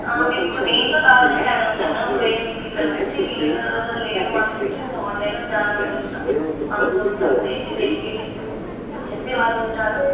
మీకు దేంట్లో కావాలంటే అది ఉంటుంది ఒకవేళ మీకు ఇక్కడ వచ్చి వీలు లేదు అనుకుంటే మీరు ఆన్లైన్లో జాయిన్ అవ్వచ్చు మాకు సపరేట్ డెడికేటెడ్ టు చెప్పే వాళ్ళు ఉంటారు